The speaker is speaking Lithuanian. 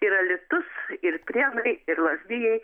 ir alytus ir prienai ir lazdijai